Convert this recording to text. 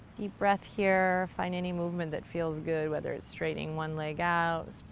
deep breath here, find any movement that feels good whether it's straightening one leg out,